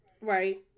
Right